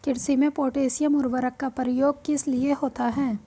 कृषि में पोटैशियम उर्वरक का प्रयोग किस लिए होता है?